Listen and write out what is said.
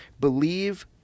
believe